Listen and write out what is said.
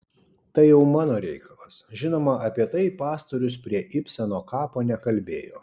tai jau mano reikalas žinoma apie tai pastorius prie ibseno kapo nekalbėjo